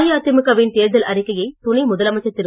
அஇஅதிமுகவின் தேர்தல் அறிக்கையை துணை முதலமைச்சர் திரு